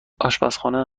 آشپزخانه